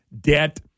debt